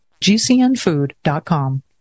gcnfood.com